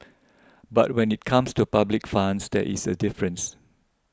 but when it comes to public funds there is a difference